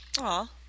Aw